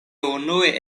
unue